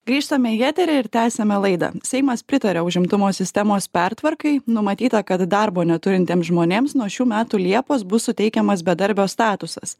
grįžtame į eterį ir tęsiame laidą seimas pritarė užimtumo sistemos pertvarkai numatyta kad darbo neturintiems žmonėms nuo šių metų liepos bus suteikiamas bedarbio statusas